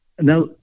Now